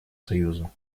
союза